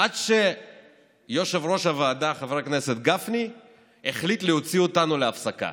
עד שיושב-ראש הוועדה חבר הכנסת גפני החליט להוציא אותנו להפסקה.